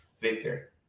Victor